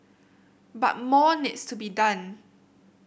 but more needs to be done